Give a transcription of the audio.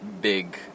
big